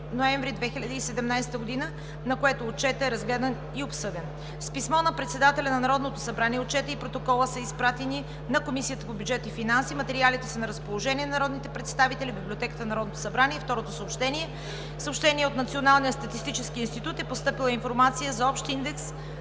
ноември 2017 г., на което Отчетът е разгледан и обсъден. С писмо на председателя на Народното събрание Отчетът и Протоколът са изпратени на Комисията по бюджет и финанси. Материалите са на разположение на народните представители в Библиотеката на Народното събрание. И второто съобщение: От Националния статистически институт е постъпила Информация за общ индекс